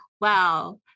wow